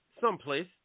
someplace